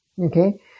Okay